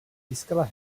získala